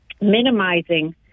minimizing